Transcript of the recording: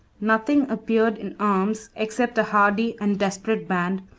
nothing appeared in arms except a hardy and desperate band,